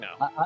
no